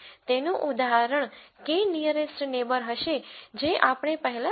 તેથી તેનું ઉદાહરણ k નીઅરેસ્ટ નેબર હશે જે આપણે પહેલાં જોયું હતું